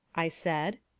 i said.